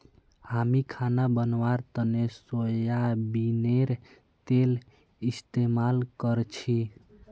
हामी खाना बनव्वार तने सोयाबीनेर तेल इस्तेमाल करछी